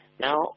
Now